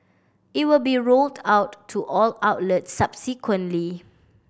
it will be rolled out to all outlets subsequently